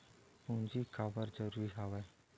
पूंजी काबर जरूरी हवय?